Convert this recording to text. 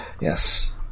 Yes